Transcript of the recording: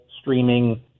streaming